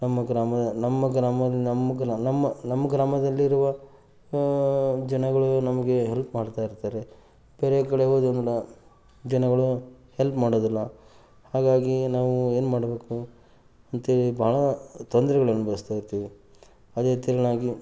ನಮ್ಮ ಗ್ರಾಮ ನಮ್ಮ ಗ್ರಾಮ ನಮ್ಮ ಗ್ರಾ ನಮ್ಮ ನಮ್ಮ ಗ್ರಾಮದಲ್ಲಿರುವ ಜನಗಳು ನಮಗೆ ಹೆಲ್ಪ್ ಮಾಡ್ತಾಯಿರ್ತಾರೆ ಬೇರೆ ಕಡೆ ಹೋದರೆ ನಾವು ಜನಗಳು ಹೆಲ್ಪ್ ಮಾಡೋದಿಲ್ಲ ಹಾಗಾಗಿ ನಾವು ಏನು ಮಾಡಬೇಕು ಅಂತ್ಹೇಳಿ ಭಾಳ ತೊಂದ್ರೆಗಳು ಅನುಭವಿಸ್ತಾಯಿರ್ತೀವಿ ಅದೇ ಥರವಾಗಿ